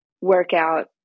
workout